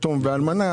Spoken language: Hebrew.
את היתום ואת האלמנה,